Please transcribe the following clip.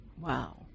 Wow